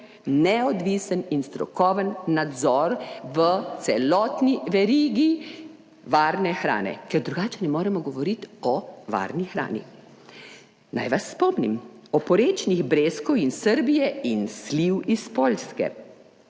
neodvisen in strokoven nadzor v celotni verigi varne hrane, ker drugače ne moremo govoriti o varni hrani. Naj vas spomnim, oporečnih breskev in Srbije in sliv iz Poljske,